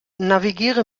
navigiere